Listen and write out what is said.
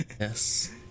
Yes